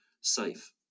safe